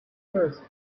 earth